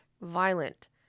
violent